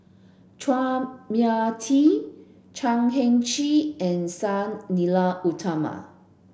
Chua Mia Tee Chan Heng Chee and Sang Nila Utama